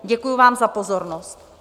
Děkuji vám za pozornost.